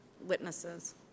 witnesses